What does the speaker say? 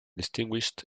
distinguished